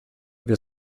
wir